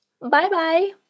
Bye-bye